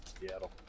Seattle